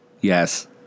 yes